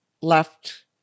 left